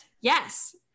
yes